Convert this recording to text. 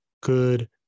good